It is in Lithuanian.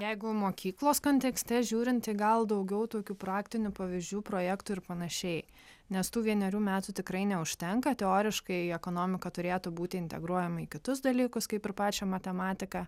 jeigu mokyklos kontekste žiūrint tai gal daugiau tokių praktinių pavyzdžių projektų ir panašiai nes tų vienerių metų tikrai neužtenka teoriškai ekonomika turėtų būti integruojama į kitus dalykus kaip ir pačią matematiką